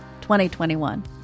2021